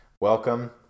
welcome